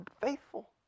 faithful